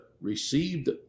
received